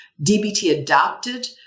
DBT-adapted